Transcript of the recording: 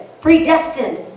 predestined